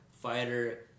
Fighter